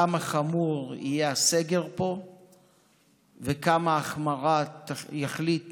כמה חמור יהיה הסגר פה וכמה החמרה יחליט